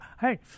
hey